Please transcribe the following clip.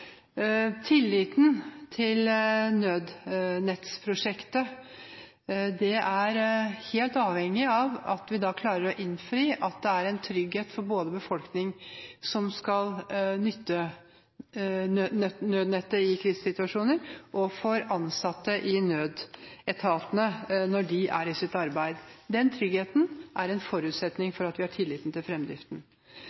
Tilliten til nødnettsprosjektet er helt avhengig av at vi da klarer å innfri, og at det er en trygghet både for befolkningen som skal nytte nødnettet i krisesituasjoner, og for ansatte i nødetatene når de er i sitt arbeid. Den tryggheten er en forutsetning